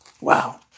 Wow